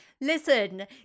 listen